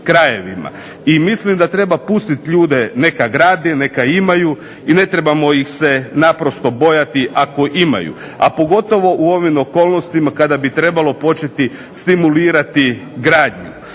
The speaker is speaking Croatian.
I mislim da treba pustiti ljude neka grade, neka imaju i ne trebamo ih se naprosto bojati ako imaju, a pogotovo u ovim okolnostima kada bi trebalo početi stimulirati gradnju.